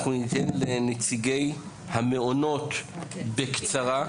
אנחנו ניתן לנציגי המעונות, בקצרה.